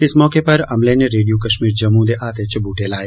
इस मौके पर अमले नै रेडियो कश्मीर जम्मू दे अहाते च बूहटे लाए